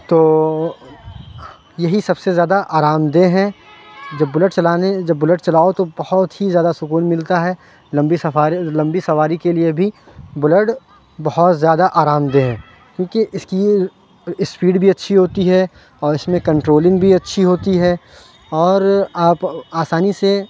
تو یہی سب سے زیادہ آرامدہ ہے جب بلیٹ چلانے جب بلیٹ چلاؤ تو بہت ہی زیادہ سکون ملتا ہے لمبی سفاری لمبی سواری کے لیے بھی بلیڈ بہت زیادہ آرامدہ ہے کیونکہ اس کی یہ اسپیڈ بھی اچھی ہوتی ہے اور اس میں کنٹرولنگ بھی اچھی ہوتی ہے اور آپ آسانی سے